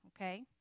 Okay